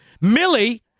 Millie